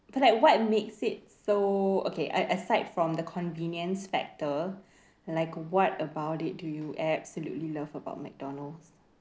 but like what makes it so okay a~ aside from the convenience factor like what about it do you absolutely love about McDonald's